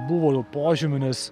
buvo jau požymių nes